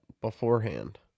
beforehand